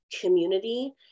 community